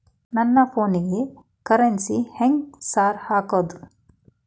ನನ್ ಫೋನಿಗೆ ಕರೆನ್ಸಿ ಹೆಂಗ್ ಸಾರ್ ಹಾಕೋದ್?